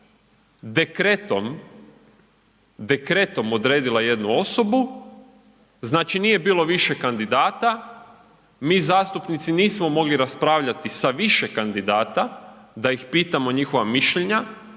dekretom odredila jednu osobu, znači nije bilo više kandidata. Mi zastupnici nismo mogli raspravljati sa više kandidata da ih pitamo njihova mišljenja